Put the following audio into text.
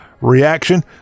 reaction